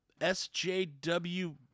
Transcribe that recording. SJW